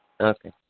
Okay